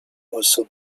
also